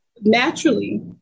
naturally